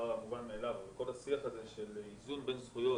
השיח הזה של האיזון בין זכויות.